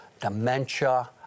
dementia